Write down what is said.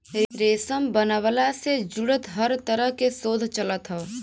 रेशम बनवला से जुड़ल हर तरह के शोध चलत हौ